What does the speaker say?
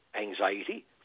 anxiety